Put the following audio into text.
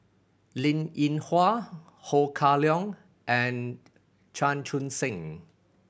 Linn In Hua Ho Kah Leong and Chan Chun Sing